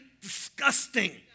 disgusting